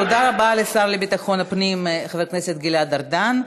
תודה רבה לשר לביטחון הפנים חבר הכנסת גלעד ארדן.